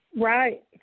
Right